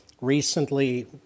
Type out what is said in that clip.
recently